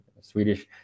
Swedish